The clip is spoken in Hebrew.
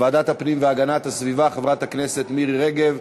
ועדת הפנים והגנת הסביבה חברת הכנסת מירי רגב,